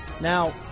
Now